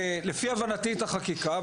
לפי הבנתי את החקיקה,